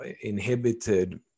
inhibited